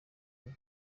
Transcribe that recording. imwe